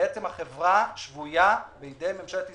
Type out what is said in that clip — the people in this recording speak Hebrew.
והחברה שבויה בידי ממשלת ישראל,